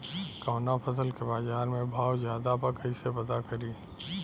कवना फसल के बाजार में भाव ज्यादा बा कैसे पता करि?